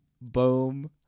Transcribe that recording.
Boom